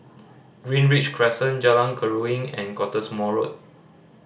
Greenridge Crescent Jalan Keruing and Cottesmore Road